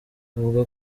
avuga